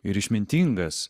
ir išmintingas